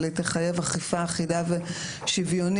אבל היא תחייב אכיפה אחידה ושוויונית